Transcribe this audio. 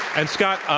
and scott,